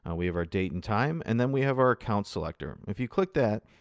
and we have our date and time, and then we have our account selector. if you click that,